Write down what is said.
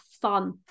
fun